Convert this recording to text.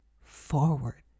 forward